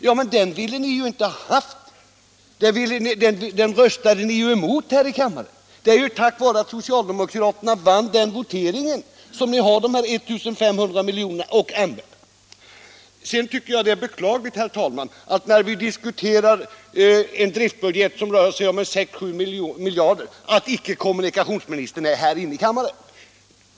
Ja, men den ville ni ju inte ha — den röstade ni emot här i kammaren. Det är tack vare att vi socialdemokrater vann voteringen som ni har dessa 1 500 miljoner att använda. Jag tycker det är beklagligt, herr talman, att icke kommunikationsministern är inne i kammaren när vi diskuterar en driftbudget på 6-7 miljarder.